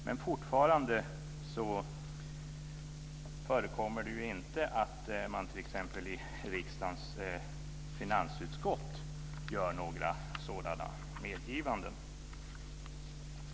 Men fortfarande förekommer det inte att man t.ex. i riksdagens finansutskott gör några sådana medgivanden.